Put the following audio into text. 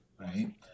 right